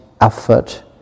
effort